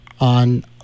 on